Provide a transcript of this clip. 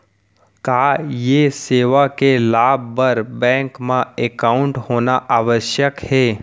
का ये सेवा के लाभ बर बैंक मा एकाउंट होना आवश्यक हे